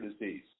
disease